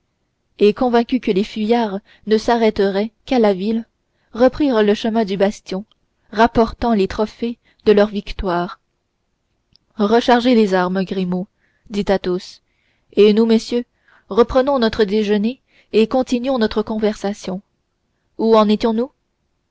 et convaincus que les fuyards ne s'arrêteraient qu'à la ville reprirent le chemin du bastion rapportant les trophées de leur victoire rechargez les armes grimaud dit athos et nous messieurs reprenons notre déjeuner et continuons notre conversation où en étions-nous